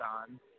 on